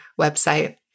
website